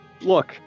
Look